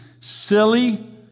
silly